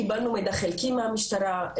קיבלנו מידע חלקי מהמשטרה,